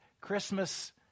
Christmas